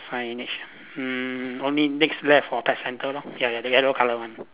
signage ah mm only next left or pet centre lor ya ya the yellow colour one